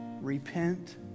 repent